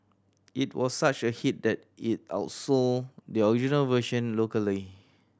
it was such a hit that it outsold the original version locally